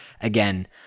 again